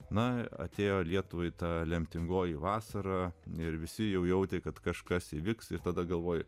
na atėjo lietuvoje ta lemtingoji vasara ir visi jau jautė kad kažkas įvyks ir tada galvoje